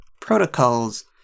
protocols